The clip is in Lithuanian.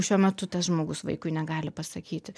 šiuo metu tas žmogus vaikui negali pasakyti